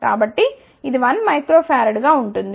కాబట్టి ఇది 1 uF గా ఉంటుంది